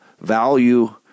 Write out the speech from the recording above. value